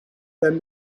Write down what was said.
then